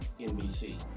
NBC